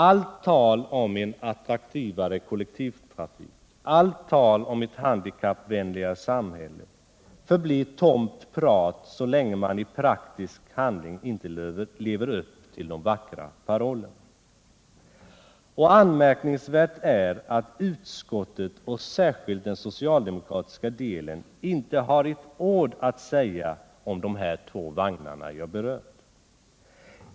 Allt tal om en attraktivare kollektivtrafik, allt tal om ett handikappvänligare samhälle, förblir tomt prat så länge man i praktisk handling inte lever upp till de vackra parollerna. Anmärkningsvärt är att utskottet och särskilt den socialdemokratiska delen inte har ett ord att säga om dessa två vagnar som jag nu berört.